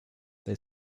they